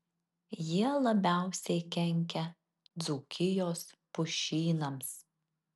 jie labiausiai kenkia dzūkijos pušynams